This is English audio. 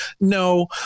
No